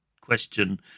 question